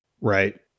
Right